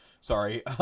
sorry